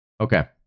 Okay